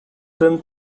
than